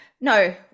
No